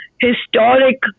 historic